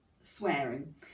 swearing